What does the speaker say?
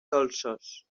dolços